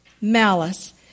malice